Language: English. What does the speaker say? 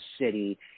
city